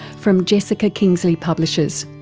from jessica kingsley publishers.